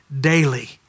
daily